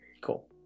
Cool